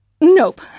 Nope